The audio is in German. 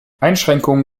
einschränkungen